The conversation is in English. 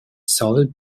solid